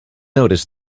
noticed